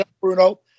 Bruno